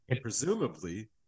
presumably